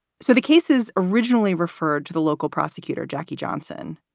so the cases originally referred to the local prosecutor, jackie johnson.